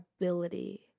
ability